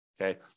Okay